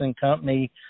company